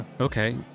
okay